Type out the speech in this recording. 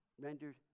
rendered